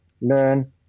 learn